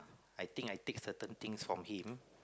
I think I take certain things from him